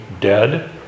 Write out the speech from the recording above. dead